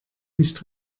nicht